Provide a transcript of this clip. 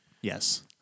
Yes